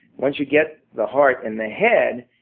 once you get the heart and the head,